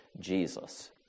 Jesus